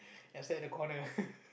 and stand at the corner